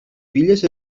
filles